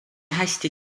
hästi